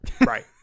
Right